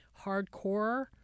Hardcore